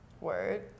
Word